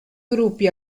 gruppi